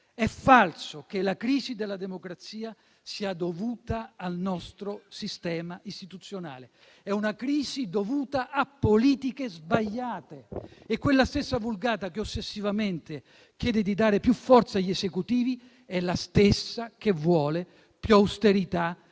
È falso che la crisi della democrazia sia dovuta al nostro sistema istituzionale. È una crisi dovuta a politiche sbagliate. Quella stessa vulgata che ossessivamente chiede di dare più forza agli Esecutivi è la stessa che vuole più austerità, meno